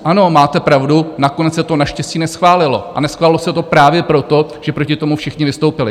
Ano, máte pravdu, nakonec se to naštěstí neschválilo, a neschválilo se to právě proto, že proti tomu všichni vystoupili.